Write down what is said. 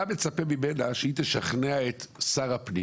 אתה מצפה ממנה שהיא תשכנע את שר הפנים